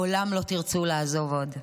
לעולם לא תרצו לעזוב עוד.